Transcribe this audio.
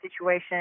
situation